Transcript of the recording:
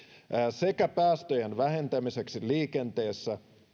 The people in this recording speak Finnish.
sekä päästöjen vähentämiseksi liikenteessä